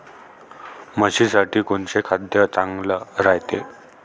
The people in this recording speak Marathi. म्हशीसाठी कोनचे खाद्य चांगलं रायते?